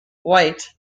white